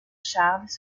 charles